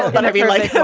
whatever you like. so